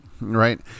right